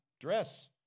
dress